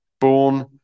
born